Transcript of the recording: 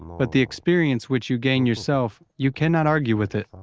but the experience which you gain yourself, you cannot argue with it.